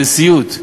של סיוט.